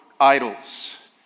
idols